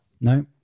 No